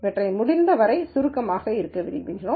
இவற்றை முடிந்தவரை சுருக்கமாக இருக்க விரும்புகிறோம்